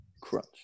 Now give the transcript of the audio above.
Crunch